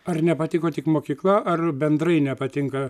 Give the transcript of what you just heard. ar nepatiko tik mokykla ar bendrai nepatinka